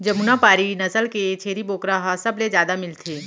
जमुना पारी नसल के छेरी बोकरा ह सबले जादा मिलथे